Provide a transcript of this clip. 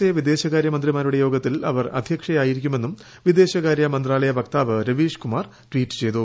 A വിദേശകാര്യമന്ത്രിമാരുടെ യോഗത്തിൽ അവർ അദ്ധ്യക്ഷയായിരിക്കുമെന്നും വിദേശകാര്യമന്ത്രാലയ വക്താവ് രവീഷ്കുമാർ ട്വീറ്റ് ചെയ്തു